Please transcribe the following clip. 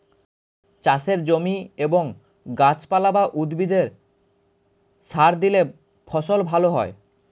চাষের জমি এবং গাছপালা বা উদ্ভিদে সার দিলে ফসল ভালো হয়